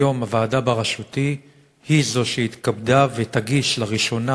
היום הוועדה בראשותי היא שהתכבדה ותגיש לראשונה,